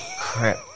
Crap